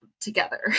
together